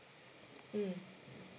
mm